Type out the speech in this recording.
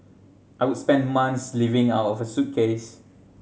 I would spend months living out of a suitcase